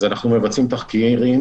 אז אנחנו מבצעים תחקירים.